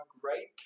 great